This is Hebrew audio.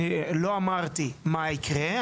לא אמרתי מה יקרה,